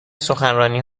سخنرانی